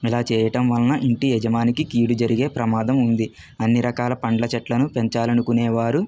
ఇలా చేయడం వలన ఇంటి యజమానికి కీడు జరిగే ప్రమాదం ఉంది అన్ని రకాల పండ్ల చెట్లను పెంచాలనుకొనేవారు